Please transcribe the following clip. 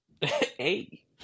Hey